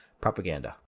propaganda